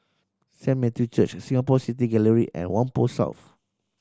Saint Matthew Church Singapore City Gallery and Whampoa South